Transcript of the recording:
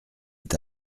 est